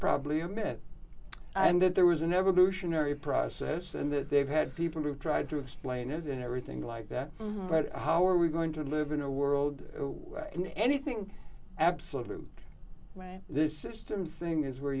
probably a myth and that there was an evolutionary process and that they've had people who tried to explain it in everything like that but how are we going to live in a world in anything absolute this system thing is where